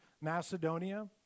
Macedonia